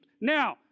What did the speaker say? Now